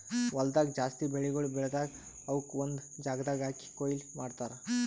ಹೊಲ್ದಾಗ್ ಜಾಸ್ತಿ ಬೆಳಿಗೊಳ್ ಬೆಳದಾಗ್ ಅವುಕ್ ಒಂದು ಜಾಗದಾಗ್ ಹಾಕಿ ಕೊಯ್ಲಿ ಮಾಡ್ತಾರ್